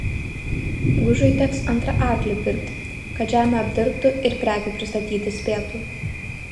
gužui teks antrą arklį pirkti kad žemę apdirbtų ir prekių pristatyti spėtų